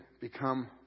become